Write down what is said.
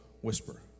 whisper